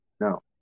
No